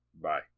Bye